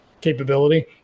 capability